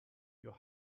your